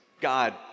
God